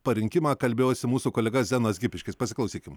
parinkimą kalbėjosi mūsų kolega zenonas gipiškis pasiklausykim